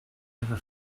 ever